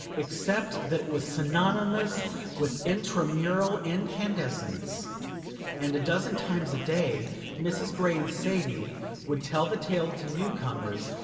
except that it was synonymous with intramural incandescence and a dozen times a day mrs. gray and sadie would tell the tale to new-comers,